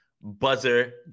Buzzer